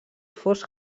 fos